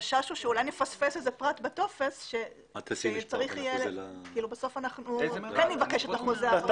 החשש הוא שאולי נפספס איזה פרט בטופס ובסוף כן נבקש את החוזה.